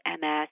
MS